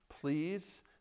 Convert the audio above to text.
please